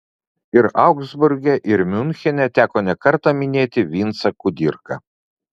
ir augsburge ir miunchene teko nekartą minėti vincą kudirką